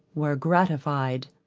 were gratified.